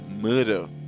murder